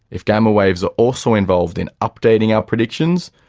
if gamma waves are also involved in updating our predictions,